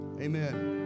Amen